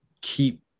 keep